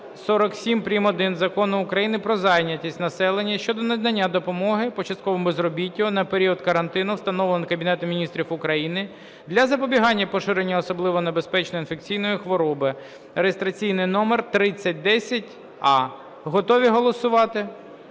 прим.1 Закону України "Про зайнятість населення" щодо надання допомоги по частковому безробіттю на період карантину, встановленого Кабінетом Міністрів України для запобігання поширенню особливо небезпечних інфекційних хвороб (реєстраційний номер 3010а). Готові голосувати?